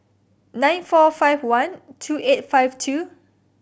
nine four five one two eight five two